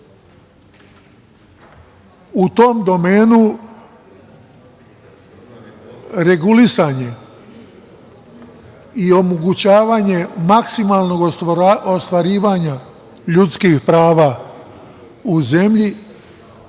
tom domenu regulisanje i omogućavanje maksimalnog ostvarivanja ljudskih prava u zemlji